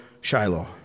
Shiloh